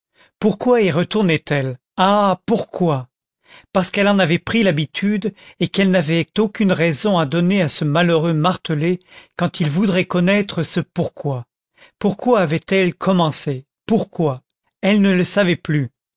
pourquoi y retournait elle ah pourquoi parce qu'elle en avait pris l'habitude et qu'elle n'avait aucune raison à donner à ce malheureux martelet quand il voudrait connaître ce pourquoi pourquoi avait-elle commencé pourquoi elle ne le savait plus